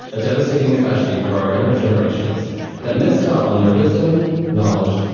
a devastating tragedy for our younger generations that missed out on their wisdom, knowledge,